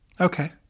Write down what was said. Okay